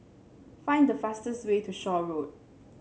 find the fastest way to Shaw Road